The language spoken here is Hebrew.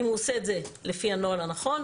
אם הוא עושה את זה לפי הנוהל הנכון,